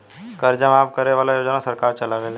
कर्जा माफ करे वाला योजना सरकार चलावेले